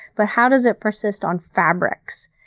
but how does it persist on fabrics?